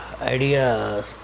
ideas